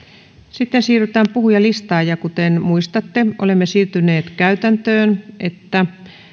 sitten siirrytään puhujalistaan kuten muistatte olemme siirtyneet käytäntöön että